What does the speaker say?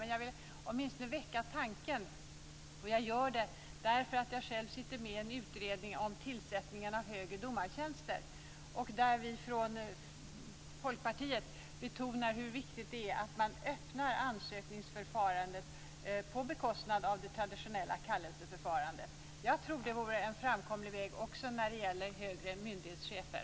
Men jag vill åtminstone väcka tanken. Jag gör det därför att jag själv sitter med i en utredning om tillsättningen av högre domartjänster där vi från Folkpartiet betonar hur viktigt det är att man öppnar ansökningsförfarandet på bekostnad av det traditionella kallelseförfarandet. Jag tror att det vore en framkomlig väg också när det gäller högre myndighetschefer.